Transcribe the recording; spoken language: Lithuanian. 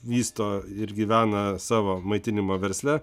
vysto ir gyvena savo maitinimo versle